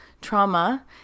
trauma